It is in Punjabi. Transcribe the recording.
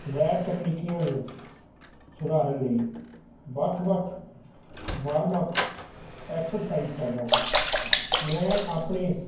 ਲੈਅ ਤਕਨੀਕੀਆਂ ਨੂੰ ਸਧਾਰਨ ਲਈ ਵੱਖ ਵੱਖ ਵਾਰਮਅੱਪ ਐਕਸਰਸਾਈਜ਼ ਕਰਦਾ ਹਾਂ ਮੈਂ ਆਪਣੇ